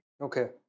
Okay